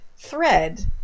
thread